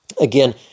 Again